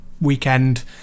weekend